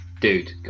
dude